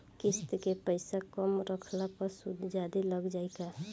किश्त के पैसा कम रखला पर सूद जादे लाग जायी का?